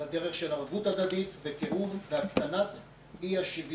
אלא דרך של ערבות הדדית וקירוב והקטנת אי-השוויון.